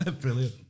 Brilliant